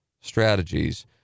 Strategies